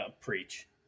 Preach